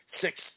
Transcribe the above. six